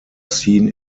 seen